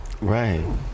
Right